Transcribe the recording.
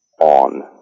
on